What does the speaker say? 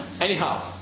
Anyhow